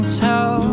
tell